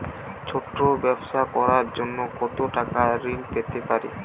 ছোট ব্যাবসা করার জন্য কতো টাকা ঋন পেতে পারি?